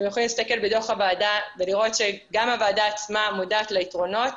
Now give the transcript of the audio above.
אתם יכולים להסתכל בדוח הוועדה ולראות שגם הוועדה עצמה מודעת ליתרונות